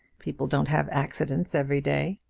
people don't have accidents every day.